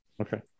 Okay